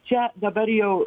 čia dabar jau